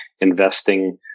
investing